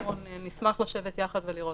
גור, נשמח לשבת יחד ולראות.